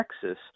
Texas